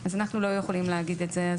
אנחנו לא יכולים להגיד את זה.